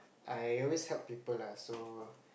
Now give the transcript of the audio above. I always help people lah so